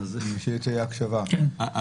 כן, הם סיימו.